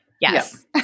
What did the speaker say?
Yes